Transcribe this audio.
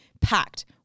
packed